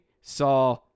saw